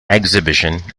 exhibition